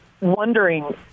wondering